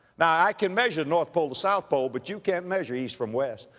now i can measure north pole to south pole, but you can't measure east from west.